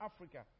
Africa